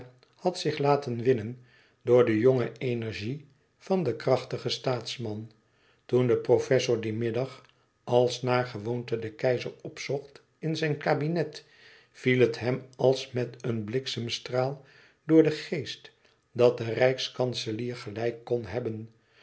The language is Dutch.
had zich laten winnen door de jonge energie van den krachtigen staatsman toen de professor dien middag als naar gewoonte den keizer opzocht in zijn kabinet viel het hem als met een bliksemstraal door den geest dat de rijkskanselier gelijk kon hebben